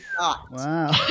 Wow